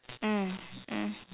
mm mm